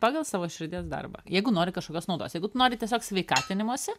pagal savo širdies darbą jeigu nori kažkokios naudos jeigu tu nori tiesiog sveikatinimosi